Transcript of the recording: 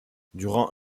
durant